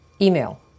email